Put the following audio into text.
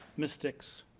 mystics,